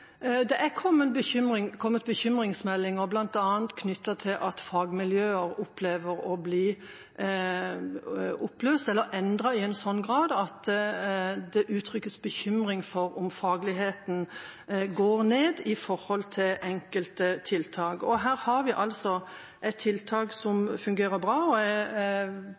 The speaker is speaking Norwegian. Det er kommet bekymringsmeldinger bl.a. knyttet til at fagmiljøer opplever å bli oppløst, eller endret i en sånn grad at det uttrykkes bekymring for om fagligheten går ned når det gjelder enkelte tiltak. Her har vi altså et tiltak som fungerer bra, og